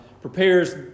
prepares